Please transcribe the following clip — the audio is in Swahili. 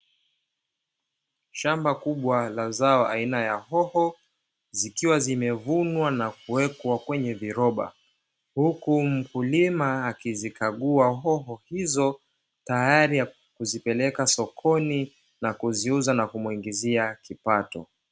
Shamba kubwa la zao aina ya hoho zikiwa zimevunwa na kuwekwa kwenye viroba huku mkulima akizikagua hoho, hizo tayari kuzipeleka sokoni na kuziuza na kumuingizia kipato.